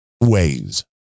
ways